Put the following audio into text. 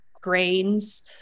grains